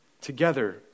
together